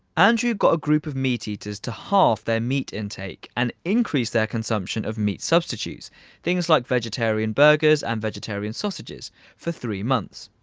and you've got a group of meat-eaters meat-eaters to halve their meat intake and increase their consumption of meat substitutes things like vegetarian burgers and vegetarian sausages for three months.